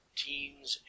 teens